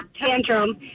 tantrum